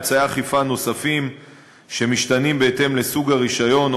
אמצעי אכיפה נוספים שמשתנים בהתאם לסוג הרישיון,